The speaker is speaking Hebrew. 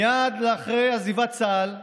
מייד אחרי עזיבת צה"ל,